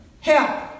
help